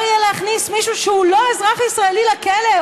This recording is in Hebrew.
יהיה להכניס מישהו שהוא לא אזרח ישראלי לכלא,